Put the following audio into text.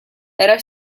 era